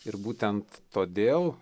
ir būtent todėl